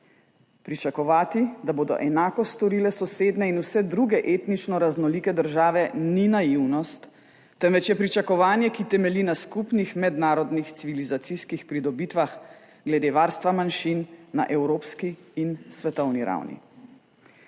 Pričakovati, da bodo enako storile sosednje in vse druge etnično raznolike države, ni naivnost, temveč je pričakovanje, ki temelji na skupnih mednarodnih civilizacijskih pridobitvah glede varstva manjšin na evropski in svetovni ravni.